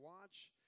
watch